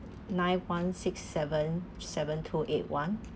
nine one six seven seven two eight one